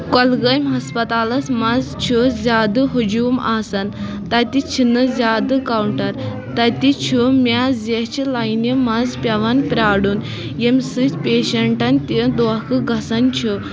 کۄلگٲمۍ ہٮسپَتالَس منٛز چھُ زیادٕ ہجوٗم آسان تَتہِ چھِنہٕ زیادٕ کاوٹر تَتہِ چھُ مےٚ زیچھِ لاینہِ منٛز پیوان پیارُن ییٚمہِ سۭتۍ پیشنٛٹن تہِ دونٛکھٕ گژھان چھُ